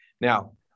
Now